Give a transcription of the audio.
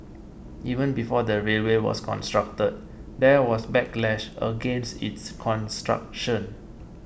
even before the railway was constructed there was backlash against its construction